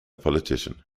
politician